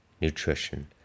nutrition